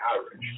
average